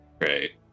great